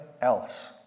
else